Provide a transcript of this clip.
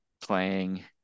Playing